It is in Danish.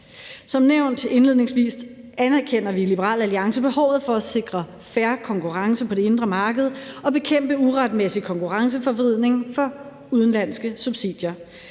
Som nævnt indledningsvis anerkender vi i Liberal Alliance behovet for at sikre fair konkurrence på det indre marked og at bekæmpe uretmæssige konkurrenceforvridning fra udenlandske subsidier,